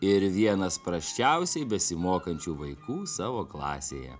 ir vienas prasčiausiai besimokančių vaikų savo klasėje